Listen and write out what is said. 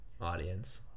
audience